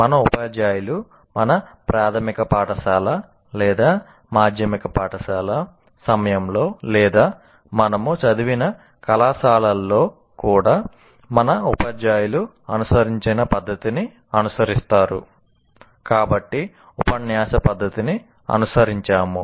మన ఉపాధ్యాయులు మన ప్రాథమిక పాఠశాల లేదా మాధ్యమిక పాఠశాల సమయంలో లేదా మనము చదివిన కళాశాలల్లో కూడా మన ఉపాధ్యాయులు అనుసరించిన పద్ధతిని అనుసరిస్తారు కాబట్టి ఉపన్యాస పద్ధతిని అనుసరించాము